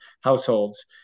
households